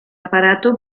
aparato